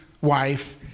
wife